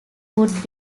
would